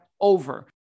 over